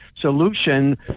solution